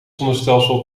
zonnestelsel